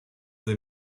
they